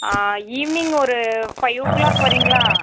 evening ஒரு five o'clock வரிங்களா